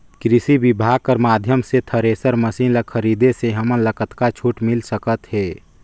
कृषि विभाग कर माध्यम से थरेसर मशीन ला खरीदे से हमन ला कतका छूट मिल सकत हे?